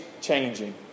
changing